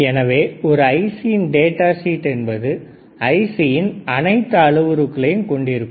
எனவே ஒரு ஐசியின் டேட்டா ஷீட் என்பது ஐசியின் அனைத்து அளவுருகளையும் கொண்டிருக்கும்